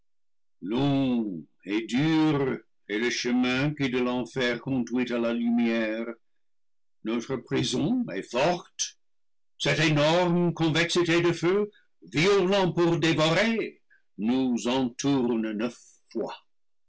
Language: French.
est le chemin qui de l'enfer conduit à ce la lumière notre prison est forte cette énorme convexité de feu violent pour dévorer nous en tourne neuf fois